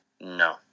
No